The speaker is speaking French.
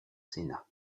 sénat